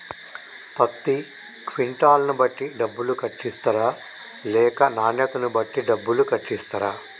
పత్తి క్వింటాల్ ను బట్టి డబ్బులు కట్టిస్తరా లేక నాణ్యతను బట్టి డబ్బులు కట్టిస్తారా?